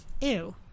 Ew